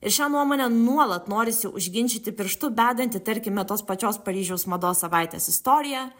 ir šią nuomonę nuolat norisi užginčyti pirštu bedantį tarkime tos pačios paryžiaus mados savaitės istoriją